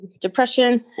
depression